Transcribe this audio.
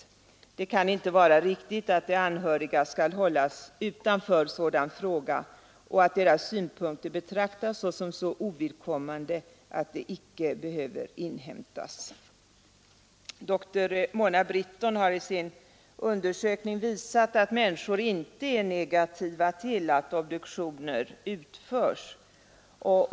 Det kan inte vara riktigt att de anhöriga skall hållas utanför sådan fråga och att deras synpunkter betraktas såsom så ovidkommande att de icke behöver inhämtas.” Dr Mona Britton har i sin undersökning visat att människor inte är negativa till att obduktioner utförs.